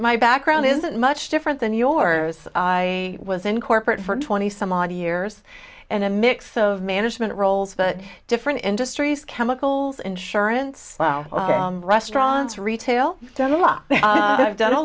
my background isn't much different than yours i was in corporate for twenty some odd years and a mix of management roles but different industries chemicals insurance restaurants retail done a